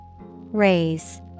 Raise